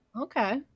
Okay